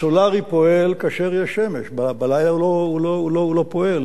הסולרי פועל כאשר יש שמש, בלילה הוא לא פועל.